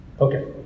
Okay